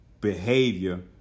behavior